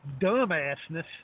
dumbassness